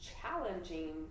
challenging